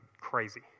crazy